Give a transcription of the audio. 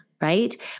right